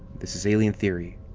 this is alien theory,